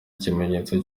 ikimenyetso